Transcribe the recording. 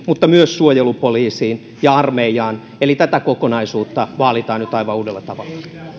mutta myös suojelupoliisiin ja armeijaan eli tätä kokonaisuutta vaalitaan nyt aivan uudella tavalla